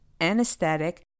anesthetic